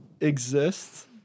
exists